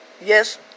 Yes